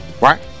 Right